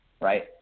right